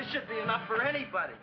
this should be enough for anybody